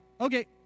Okay